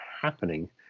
happening